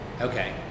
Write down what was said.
Okay